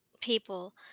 people